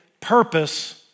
purpose